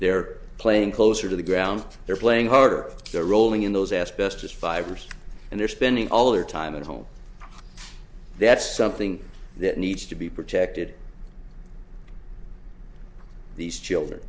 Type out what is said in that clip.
they're playing closer to the ground they're playing harder they're rolling in those asbestos fibers and they're spending all their time at home that's something that needs to be protected these children